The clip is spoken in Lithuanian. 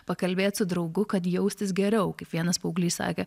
pakalbėt su draugu kad jaustis geriau kaip vienas paauglys sakė